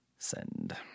Send